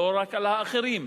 ולא רק על אחרים.